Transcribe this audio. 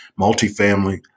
multifamily